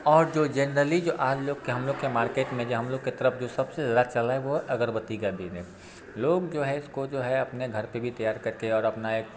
और जो जेनरली जो आज लोग के हम लोग के मार्केट में जो हम लोग के तरफ़ जो सबसे ज़्यादा चल रहा है वो है अगरबत्ती का बिजनेस लोग जो हैं इसको जो है अपने घर पे भी तैयार करके और अपना एक